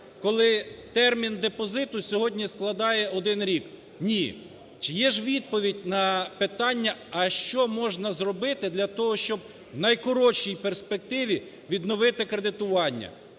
коли термін депозиту сьогодні складає один рік? Ні. Чи є ж відповідь на питання: а що можна зробити для того, щоб в найкоротшій перспективі відновити кредитування?